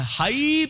high